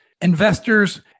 investors